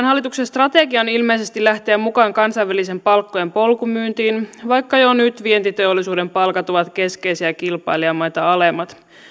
hallituksen strategia on ilmeisesti lähteä mukaan kansainväliseen palkkojen polkumyyntiin vaikka jo nyt vientiteollisuuden palkat ovat keskeisiä kilpailijamaita alemmat